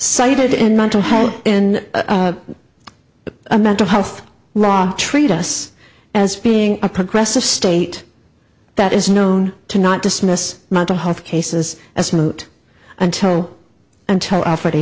cited in mental health in a mental health raw treat us as being a progressive state that is known to not dismiss mental health cases as moot until until after